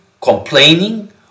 complaining